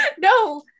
no